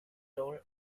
role